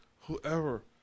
whoever